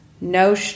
No